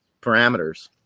parameters